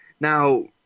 Now